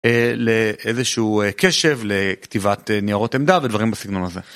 לאיזשהו קשב לכתיבת ניירות עמדה ודברים בסגנון הזה.